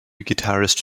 guitarist